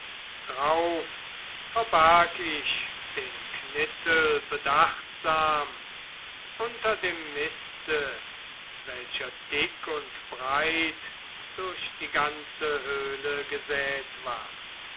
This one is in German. drauf verbarg ich den knittel bedachtsam unter dem miste welcher dick und breit durch die ganze höhle gesät war